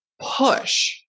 push